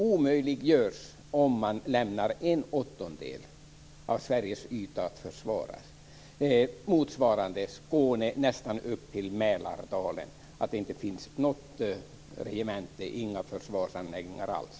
Om man överger en åttondel av Sveriges yta omöjliggörs ett försvar där. Den ytan motsvarar området från Skåne och nästan upp till Mälardalen. Där skulle det inte finnas något regemente eller några försvarsanläggningar alls.